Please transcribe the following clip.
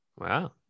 Wow